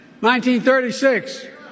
1936